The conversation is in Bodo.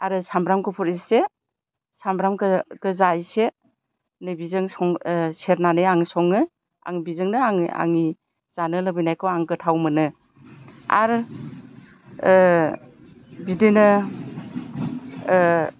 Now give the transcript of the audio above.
आरो सामब्राम गुफुर एसे सामब्राम गोजा एसे नैबिजों सेरनानै आं सङो आं बिजोंनो आङो आंनि जानो लुबैनायखौ आं गोथाव मोनो आर बिदिनो